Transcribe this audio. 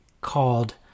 called